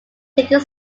ticket